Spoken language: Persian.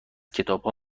کتابها